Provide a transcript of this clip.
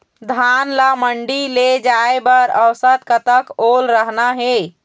धान ला मंडी ले जाय बर औसत कतक ओल रहना हे?